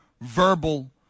verbal